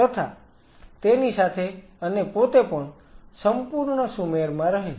તથા તેની સાથે અને પોતે પણ સંપૂર્ણ સુમેળમાં રહે છે